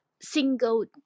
single